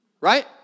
Right